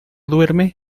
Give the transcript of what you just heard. duerme